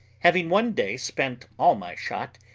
having one day spent all my shot,